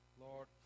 Lord